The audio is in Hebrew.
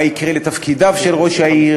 מה יקרה לתפקידיו של ראש העיר,